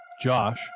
Josh